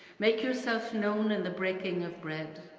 make yourself known and the breaking of bread.